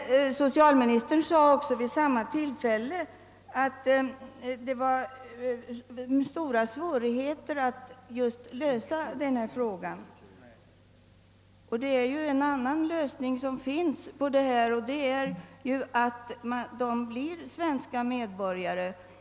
Socialministern framhöll vid samma tillfälle att det var svårt att lösa denna fråga. Det finns en annan möjlighet att lösa den, nämligen genom att föräldrarna blir svenska medborgare.